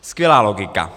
Skvělá logika!